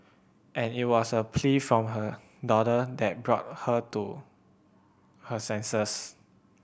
and it was a plea from her daughter that brought her to her senses